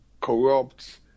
corrupt